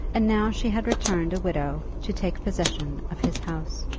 and now she had returned a widow to take possession of his house.